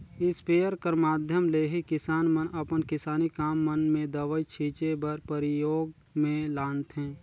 sprayer कर माध्यम ले ही किसान मन अपन किसानी काम मन मे दवई छीचे बर परियोग मे लानथे